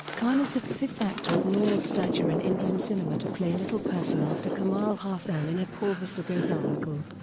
khan is the fifth actor of normal stature in indian cinema to play a little person after kamal haasan in apoorva sagodharargal,